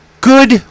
Good